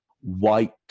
white